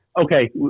Okay